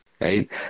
right